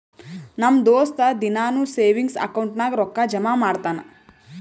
ನಮ್ ದೋಸ್ತ ದಿನಾನೂ ಸೇವಿಂಗ್ಸ್ ಅಕೌಂಟ್ ನಾಗ್ ರೊಕ್ಕಾ ಜಮಾ ಮಾಡ್ತಾನ